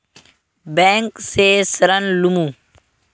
Bank से ऋण लुमू?